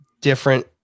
different